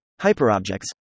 Hyperobjects